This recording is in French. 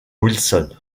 wilson